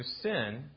sin